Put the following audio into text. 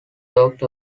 talked